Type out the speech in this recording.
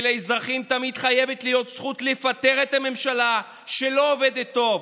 כי לאזרחים תמיד חייבת להיות זכות לפטר את הממשלה שלא עובדת טוב.